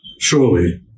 surely